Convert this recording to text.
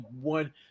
one